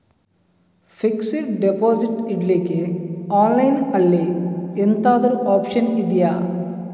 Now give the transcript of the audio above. Fixed deposit ಇಡ್ಲಿಕ್ಕೆ online ಅಲ್ಲಿ ಎಂತಾದ್ರೂ ಒಪ್ಶನ್ ಇದ್ಯಾ?